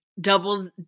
double